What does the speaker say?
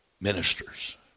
ministers